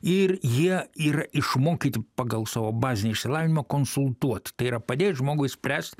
ir jie yra išmokyti pagal savo bazinį išsilavinimą konsultuot tai yra padėt žmogui spręst